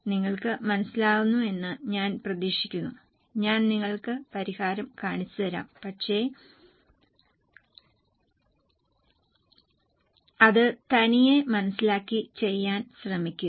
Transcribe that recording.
നിങ്ങൾക്ക് മനസിലാകുന്നെന്നു ഞാൻ പ്രതീക്ഷിക്കുന്നു ഞാൻ നിങ്ങൾക്ക് പരിഹാരം കാണിച്ചുതരാം പക്ഷേ അത് തനിയെ മനസിലാക്കി ചെയ്യാൻ ശ്രമിക്കുക